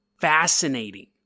Fascinating